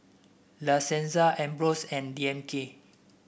La Senza Ambros and D M K